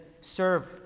serve